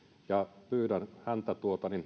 ja pyydän häntä